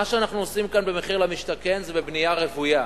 מה שאנחנו עושים כאן במחיר למשתכן זה בבנייה רוויה.